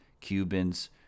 Cubans